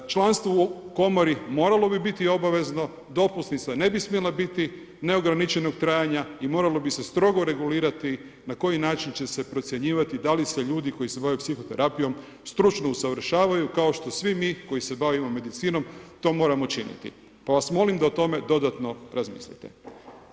Članstvo u komoru mora bi biti obavezno, dopusnica ne bi smjela biti neograničenog trajanja i moralo bi se strogo regulirati na koji način će se procjenjivati da li se ljudi koji se psihoterapijom stručno usavršavaju kao što svi mi koji se bavimo medicinom to moramo činiti pa vas molim da o tome dodatno razmislite.